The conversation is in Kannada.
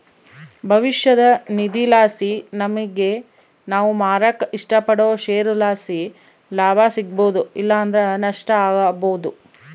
ಭವಿಷ್ಯದ ನಿಧಿಲಾಸಿ ನಮಿಗೆ ನಾವು ಮಾರಾಕ ಇಷ್ಟಪಡೋ ಷೇರುಲಾಸಿ ಲಾಭ ಸಿಗ್ಬೋದು ಇಲ್ಲಂದ್ರ ನಷ್ಟ ಆಬೋದು